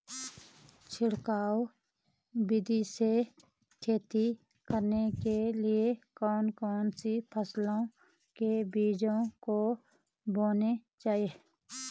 छिड़काव विधि से खेती करने के लिए कौन कौन सी फसलों के बीजों को बोना चाहिए?